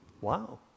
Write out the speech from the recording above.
Wow